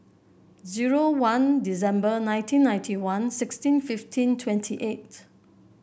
zero one December nineteen ninety one sixteen fifteen twenty eight